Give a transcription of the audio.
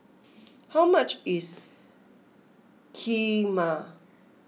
how much is Kheema